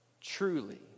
truly